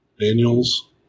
Daniel's